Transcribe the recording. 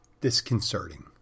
disconcerting